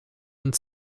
und